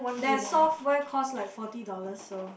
that software cost like forty dollars so